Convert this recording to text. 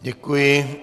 Děkuji.